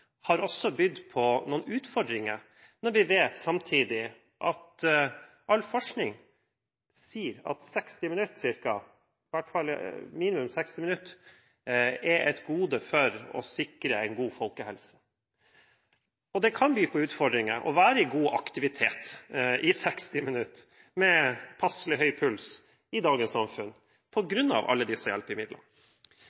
samfunnet, også har bydd på noen utfordringer når vi samtidig vet at all forskning sier at minimum 60 minutter fysisk aktivitet er et gode for å sikre en god folkehelse. Det kan by på utfordringer å være i god aktivitet i 60 minutter, med passe høy puls, i dagens samfunn på